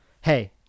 Hey